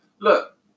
Look